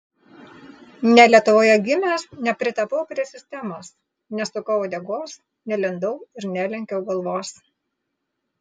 ne lietuvoje gimęs nepritapau prie sistemos nesukau uodegos nelindau ir nelenkiau galvos